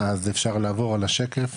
אז אפשר לעבור על השקף.